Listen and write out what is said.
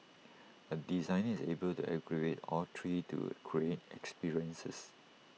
A designer is able to aggregate all three to create experiences